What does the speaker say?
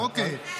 אוקיי.